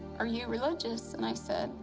are you religious? and i said,